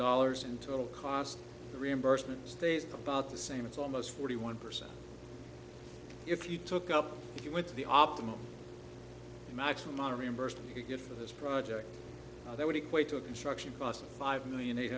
dollars in total cost the reimbursement stays about the same it's almost forty one percent if you took up if you went to the optimum maximum on a reimbursed you could get for this project that would equate to a construction cost of five million eight